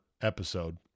episode